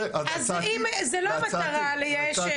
אז זו לא המטרה, לייאש.